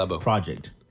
project